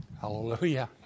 Hallelujah